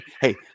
Hey